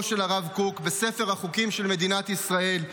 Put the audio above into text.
של הרב קוק בספר החוקים של מדינת ישראל.